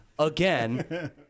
Again